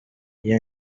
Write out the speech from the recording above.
iyo